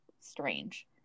strange